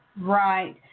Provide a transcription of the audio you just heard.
Right